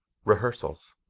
rehearsals